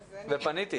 ופניתי.